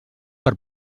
per